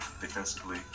Defensively